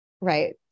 right